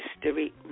History